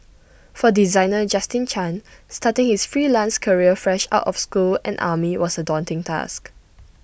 for designer Justin chan starting his freelance career fresh out of school and army was A daunting task